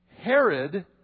Herod